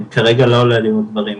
כרגע לא עולה לי עוד דברים,